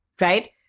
Right